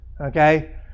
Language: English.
Okay